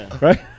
right